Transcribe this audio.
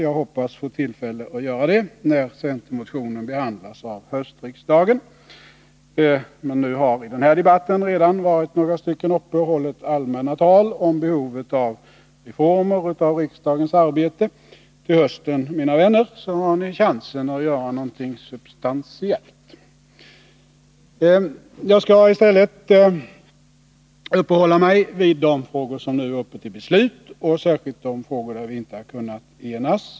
Jag hoppas få tillfälle att göra det när centermotionen behandlas av höstriksdagen. I den här debatten har redan några ledamöter varit uppe och hållit allmänna tal om behovet av en reformering av riksdagens arbete. Till hösten, mina vänner, har ni chansen att göra något substantiellt! Jag skall i stället uppehålla mig vid de frågor som nu är uppe till beslut och särskilt de frågor där vi inte har kunnat enas.